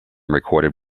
recorded